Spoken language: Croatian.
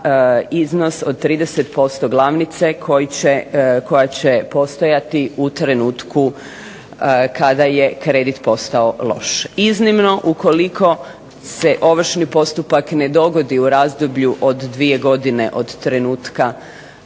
iznos od 30% glavnice koja će postojati u trenutku kada je kredit postao loš. Iznimno, ukoliko se ovršni postupak ne dogodi u razdoblju od 2 godine od trenutka